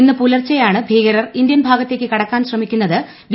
ഇന്ന് പുലർച്ചെയാണ് ഭീകരർ ഇന്ത്യൻ ഭാഗത്തേക്ക് കടക്കാൻ ശ്രമിക്കുന്നത് ബി